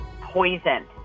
poisoned